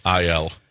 IL